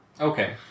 Okay